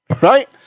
right